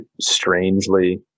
strangely